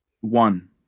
One